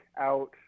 out